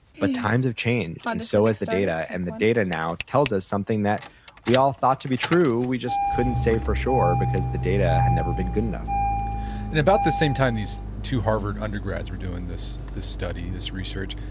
but times have changed and so has the data, and the data now tells us something that we all thought to be true, we just couldn't say for sure because the data had never been good enough and about the same time these two harvard undergrads were doing this this study, this research,